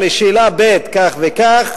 לשאלה ב' כך וכך,